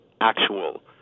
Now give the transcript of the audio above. actual